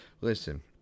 Listen